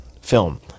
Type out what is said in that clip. film